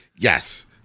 Yes